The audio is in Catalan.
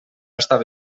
estava